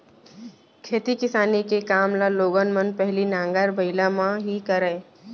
खेती किसानी के काम ल लोगन मन पहिली नांगर बइला म ही करय